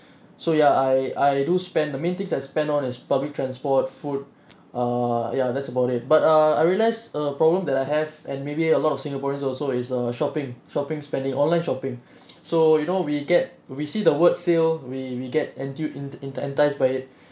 so ya I I do spend the main things I spend on is public transport food uh ya that's about it but err I realized a problem that I have and maybe a lot of singaporean also is a shopping shopping spending online shopping so you know we get we see the word sale we we get until into into entice by it